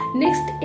next